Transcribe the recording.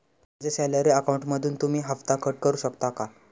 माझ्या सॅलरी अकाउंटमधून तुम्ही हफ्ता कट करू शकता का?